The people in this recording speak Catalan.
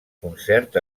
concert